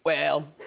well.